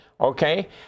okay